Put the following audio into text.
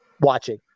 watching